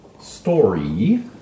story